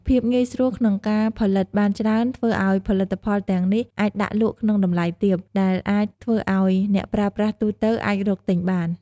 ភាពងាយស្រួលក្នុងការផលិតបានច្រើនធ្វើឱ្យផលិតផលទាំងនេះអាចដាក់លក់ក្នុងតម្លៃទាប ដែលអាចធ្វើឱ្យអ្នកប្រើប្រាស់ទូទៅអាចរកទិញបាន។